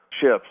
ships